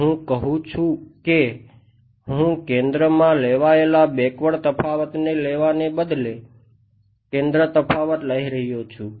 હું કહું છું કે હું કેન્દ્રમાં લેવાયેલા બેકવર્ડ તફાવતને લેવાને બદલે કેન્દ્ર તફાવત લઇ રહ્યો છું